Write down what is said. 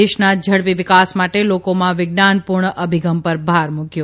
દેશના ઝડપી વિકાસ માટે લોકોમાં વિજ્ઞાનપૂર્ણ અભિગમ પર ભાર મૂકયો